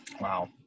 Wow